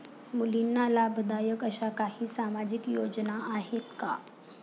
मुलींना लाभदायक अशा काही सामाजिक योजना आहेत का?